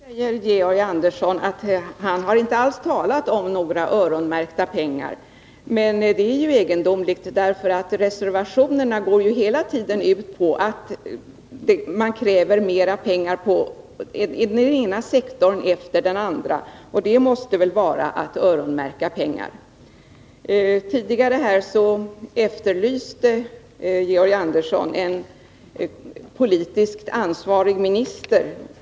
Herr talman! Georg Andersson säger nu att han inte alls har talat om några öronmärkta pengar. Men i reservationerna krävs ju mer pengar på den ena sektorn efter den andra för kulturverksamhet bland barn och ungdom, och det måste väl vara att öronmärka pengar. Tidigare efterlyste Georg Andersson en politiskt ansvarig minister.